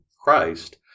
christ